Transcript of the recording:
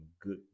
good